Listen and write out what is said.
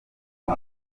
rwo